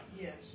Yes